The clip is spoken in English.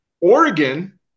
Oregon